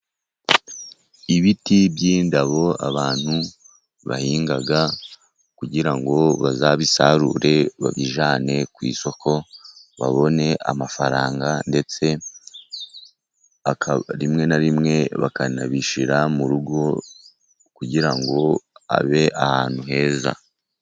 Ibiti by'indabo abantu bahinga, kugira ngo bazabisarure, babijyane ku isoko, babone amafaranga, ndetse rimwe na rimwe bakanabishyira mu rugo, kugira ngo abe ahantu heza.